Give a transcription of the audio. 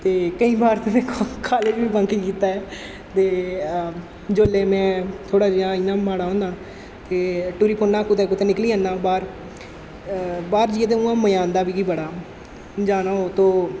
ते केईं बार ते में का कालज बी बंक कीता ऐ ते जेल्लै में थोह्ड़ा जेहा इ'यां माड़ा होन्नां ते टुरी पौन्नां कुतै कुतै निकली जन्नां बाह्र बाह्र जाइयै ते उ'आं मजा औंदा ऐ मिगी बड़ा जाना होऐ तो